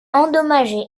endommagée